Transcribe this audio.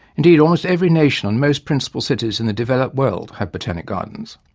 indeed almost every nation and most principal cities in the developed world have botanic gardens.